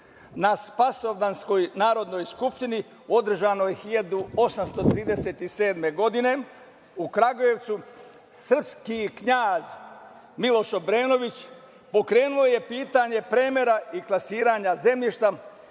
na Spasovdanskoj skupštini održanoj 1837. godine u Kragujevcu srpski knjaz Miloš Obrenović pokrenuo je pitanje premera i klasiranja zemljišta,